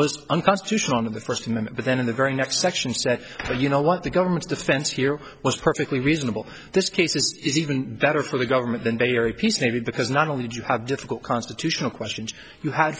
was unconstitutional in the first minute but then in the very next section said you know what the government's defense here was perfectly reasonable this case is even better for the government than they are a piece maybe because not only do you have difficult constitutional questions you ha